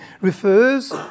refers